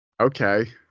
okay